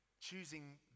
choosing